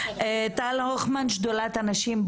טל הוכמן, שדולת הנשים.